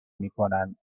میکنند